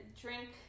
drink